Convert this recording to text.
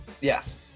Yes